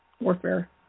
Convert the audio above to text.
warfare